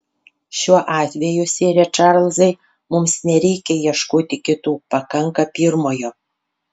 šiuo atveju sere čarlzai mums nereikia ieškoti kitų pakanka pirmojo